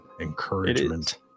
Encouragement